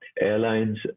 Airlines